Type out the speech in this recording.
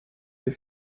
des